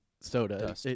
soda